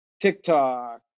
TikTok